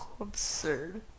absurd